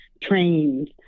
trains